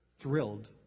thrilled